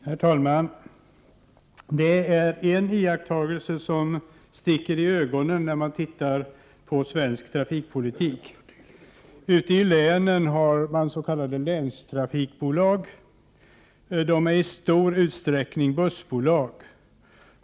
Herr talman! Det är en sak som sticker i ögonen när man tittar på svensk trafikpolitik. Ute i länen finns s.k. länstrafikbolag. De är i stor utsträckning bussbolag.